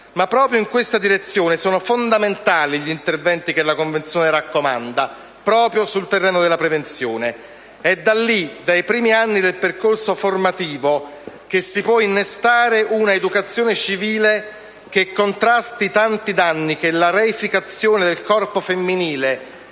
Ma proprio in questa direzione sono fondamentali gli interventi che la Convenzione raccomanda sul terreno della prevenzione. È da lì, dai primi anni del percorso formativo che si può innestare un'educazione civile che contrasti i tanti danni che la reificazione del corpo femminile